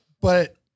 But-